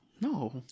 No